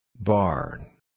Barn